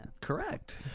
correct